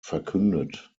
verkündet